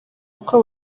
uko